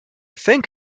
think